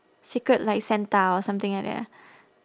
secret like santa or something like that ah